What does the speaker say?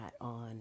on